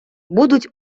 будуть